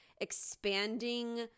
expanding